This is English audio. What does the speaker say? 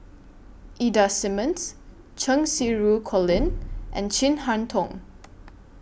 Ida Simmons Cheng Xinru Colin and Chin Harn Tong